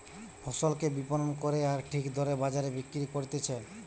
ফসলকে বিপণন করে আর ঠিক দরে বাজারে বিক্রি করতিছে